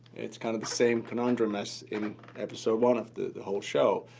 it's kind of the same conundrum as in episode one of the whole show,